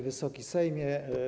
Wysoki Sejmie!